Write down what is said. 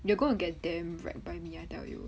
you gonna get damn wrecked by me I tell you